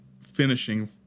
finishing